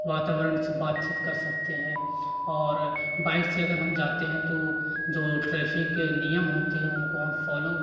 वातावरण से बात चीत कर सकते हैं और बाइक से अगर हम जाते हैं तो जो ट्रैफिक के नियम होते हैं उनको हम फॉलो